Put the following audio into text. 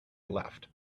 left